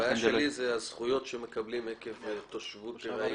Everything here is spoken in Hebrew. הבעיה שלי זה הזכויות שהם מקבלים מהתושבות הארעית.